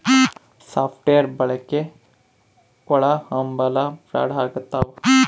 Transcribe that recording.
soft wear ಬಳಕೆ ಒಳಹಂಭಲ fraud ಆಗ್ತವ